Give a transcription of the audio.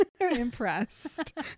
impressed